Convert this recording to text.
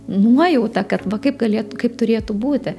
nuojauta kad va kaip galėtų kaip turėtų būti